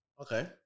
Okay